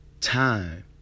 time